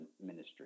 ministry